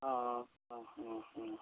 অঁ অঁ অঁ